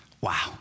Wow